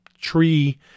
tree